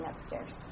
upstairs